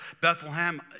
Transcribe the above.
Bethlehem